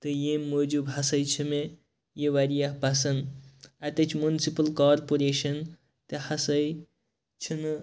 تہٕ ییٚمہِ موٗجوٗب ہَسا چھ مےٚ یہِ واریاہ پَسَنٛد اَتِچ مُنسِپُل کارپوریشَن تہِ ہَسا چھَنہٕ